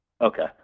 Okay